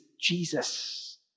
Jesus